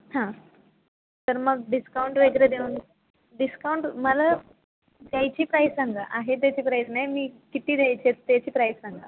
हां तर मग डिस्काउंट वगैरे देऊन डिस्काउंट मला द्यायची प्राईज सांगा आहे त्याची प्राईज नाही मी किती द्यायचे आहेत त्याची प्राईज सांगा